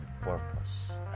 purpose